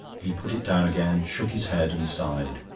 he put it down again, shook his head, and sighed.